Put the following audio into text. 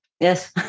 Yes